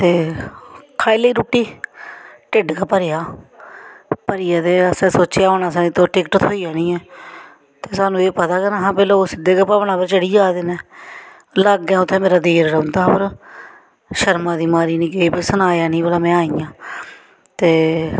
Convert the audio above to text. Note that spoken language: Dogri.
ते खाई लेई रोटी ढिड्ड गै भरेआ भरियै सोचया कि असें टिकट थ्होई जानी ऐ सानूं एह् पता नेईं ऐ लोक सिद्धे गै भवन पर चढी़ी जंदे न लागे उत्थै मेरा देर रौंह्दा शरमा दी मारी सनाया नेईं में आई हां